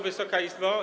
Wysoka Izbo!